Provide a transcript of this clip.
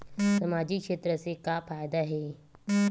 सामजिक क्षेत्र से का फ़ायदा हे?